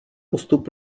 postup